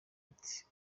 ati